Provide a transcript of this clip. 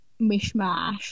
mishmash